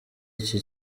iki